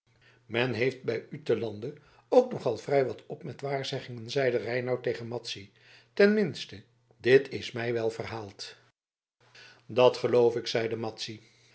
men heeft bij u te lande ook nogal vrij wat op met waarzeggingen zeide reinout tegen madzy ten minste dit is mij wel verhaald dat geloof ik zeide